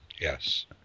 yes